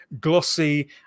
glossy